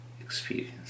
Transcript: experience